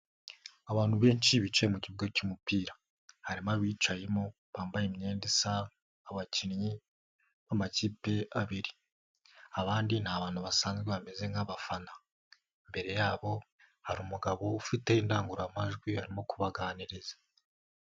Abantu benshi bicaye mu kibuga cy'umupira, harimo abicayemo bambaye imyenda isa abakinnyi b'amakipe abiri, abandi ni abantu basanzwe bameze nk'abafana, imbere yabo hari umugabo ufite indangururamajwi arimo kubaganiriza.